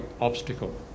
obstacle